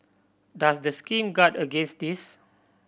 does the scheme guard against this